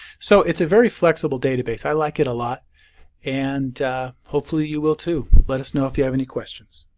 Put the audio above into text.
so it's a very flexible database i like it a lot and hopefully you will too. let us know if you have any questions.